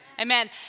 Amen